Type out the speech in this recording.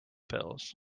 pills